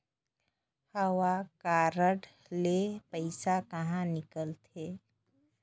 हव कारड ले पइसा कहा निकलथे?